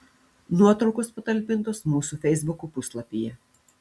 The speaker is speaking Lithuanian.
nuotraukos patalpintos mūsų feisbuko puslapyje